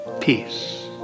peace